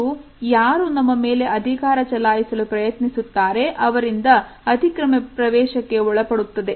ಇದು ಯಾರು ನಮ್ಮ ಮೇಲೆ ಅಧಿಕಾರ ಚಲಾಯಿಸಲು ಪ್ರಯತ್ನಿಸುತ್ತಾರೆ ಅವರಿಂದ ಅತಿಕ್ರಮ ಪ್ರವೇಶಕ್ಕೆ ಒಳಪಡುತ್ತದೆ